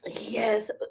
yes